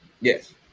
yes